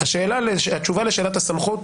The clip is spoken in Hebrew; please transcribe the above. התשובה לשאלת הסמכות,